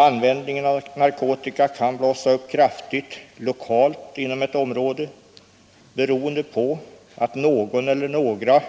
Användningen av narkotika kan blossa upp kraftigt lokalt inom ett område, beroende på att någon eller några